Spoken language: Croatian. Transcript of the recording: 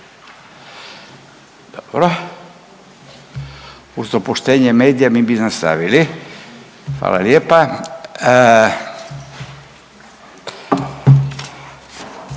Dobro, uz dopuštenje medija mi bi nastavili. Hvala lijepa. Prva